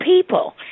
people